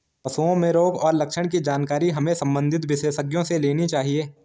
पशुओं में रोग और लक्षण की जानकारी हमें संबंधित विशेषज्ञों से लेनी चाहिए